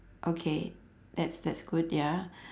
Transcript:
okay that's that's good ya